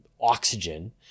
oxygen